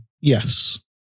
Yes